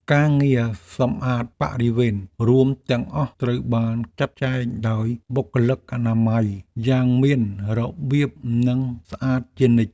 ការងារសម្អាតបរិវេណរួមទាំងអស់ត្រូវបានចាត់ចែងដោយបុគ្គលិកអនាម័យយ៉ាងមានរបៀបនិងស្អាតជានិច្ច។